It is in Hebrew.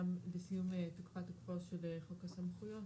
לסעיף החוק שעל פיו מתקינים תקנות מהסוג המיוחד הזה.